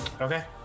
Okay